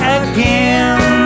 again